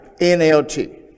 NLT